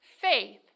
faith